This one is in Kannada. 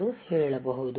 ಎಂದು ಹೇಳಬಹುದು